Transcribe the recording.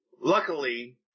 Luckily